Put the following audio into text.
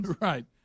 right